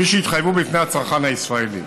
כפי שהתחייבו בפני הצרכן הישראלי.